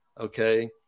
okay